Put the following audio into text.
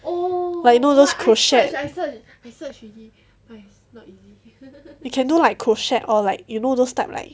like you know those crochet you can do like crochet or like you know those type like